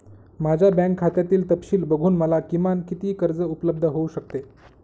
माझ्या बँक खात्यातील तपशील बघून मला किमान किती कर्ज उपलब्ध होऊ शकते?